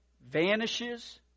vanishes